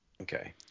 Okay